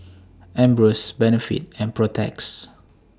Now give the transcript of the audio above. Ambros Benefit and Protex